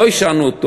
לא השארנו אותו,